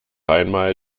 einmal